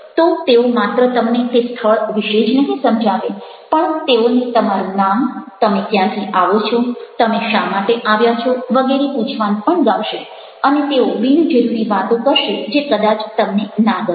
તો તેઓ માત્ર તમને તે સ્થળ વિશે જ નહિ સમજાવે પણ તેઓને તમારું નામ તમે ક્યાંથી આવો છો તમે શા માટે આવ્યા છો વગેરે પૂછવાનું પણ ગમશે અને તેઓ બિનજરૂરી વાતો કરશે જે કદાચ તમને ના ગમે